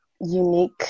unique